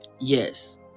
Yes